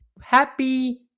happy